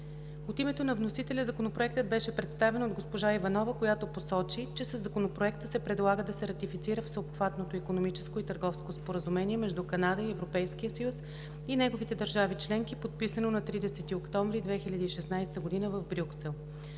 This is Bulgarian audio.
От името на вносителя Законопроектът беше представен от госпожа Иванова, която посочи, че със Законопроекта се предлага да се ратифицира Всеобхватното икономическо и търговско споразумение между Канада и Европейския съюз и неговите държави членки, подписано на 30 октомври 2016 г. в Брюксел.